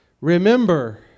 remember